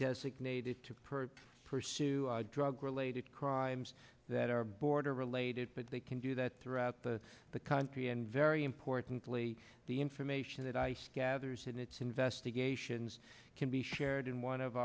designated to her pursue drug related crimes that are border related but they can do that throughout the country and very importantly the information that ice gathers in its investigations can be shared in one of